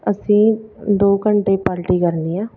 ਅਸੀਂ ਦੋ ਘੰਟੇ ਪਾਲਟੀ ਕਰਨੀ ਆ